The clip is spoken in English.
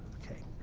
okay.